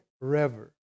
forever